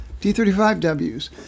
D35Ws